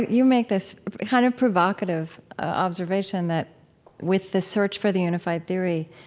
you make this kind of provocative observation that with the search for the unified theory,